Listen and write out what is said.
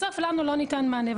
לנו לא ניתן מענה.